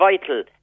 vital